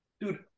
Dude